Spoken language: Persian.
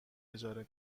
اجاره